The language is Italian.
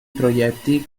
proietti